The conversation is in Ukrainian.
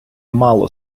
мало